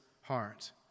heart